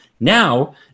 now